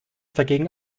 dagegen